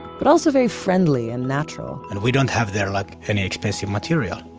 but also very friendly and natural. and we don't have there like, any expensive material.